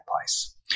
place